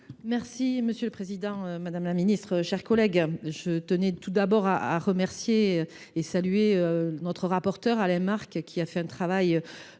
vote. Monsieur le président, madame la ministre, mes chers collègues, je tiens tout d’abord à remercier et à saluer notre rapporteur Alain Marc, qui a réalisé un travail